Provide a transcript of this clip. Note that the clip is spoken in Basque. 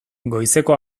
goizeko